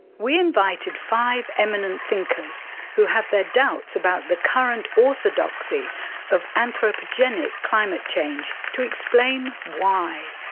we invited five eminent thinkers who have their doubts about the current orthodoxy of anthropogenic climate change to explain why.